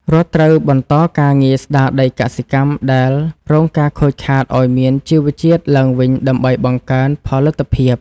រដ្ឋត្រូវបន្តការងារស្តារដីកសិកម្មដែលរងការខូចខាតឱ្យមានជីវជាតិឡើងវិញដើម្បីបង្កើនផលិតភាព។